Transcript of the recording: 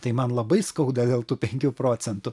tai man labai skauda dėl tų penkių procentų